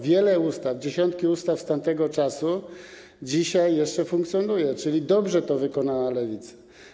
Wiele ustaw, dziesiątki ustaw z tamtego czasu dzisiaj jeszcze funkcjonuje, czyli dobrze to wykonała lewica.